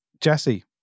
Jesse